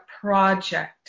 project